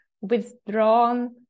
withdrawn